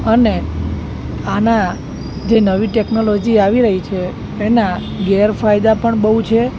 અને આના જે નવી ટેકનોલોજી આવી રહી છે એનાં ગેરફાયદા પણ બહુ છે